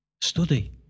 Study